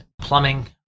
Plumbing